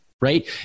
right